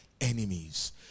enemies